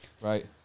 right